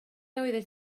oeddet